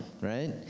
right